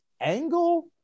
angle